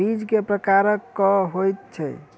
बीज केँ प्रकार कऽ होइ छै?